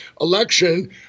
election